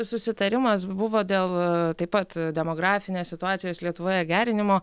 susitarimas buvo dėl taip pat demografinės situacijos lietuvoje gerinimo